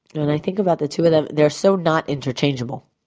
and i think about the two of them, they're so not interchangeable